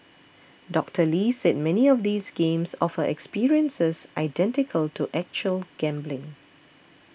Doctor Lee said many of these games offer experiences identical to actual gambling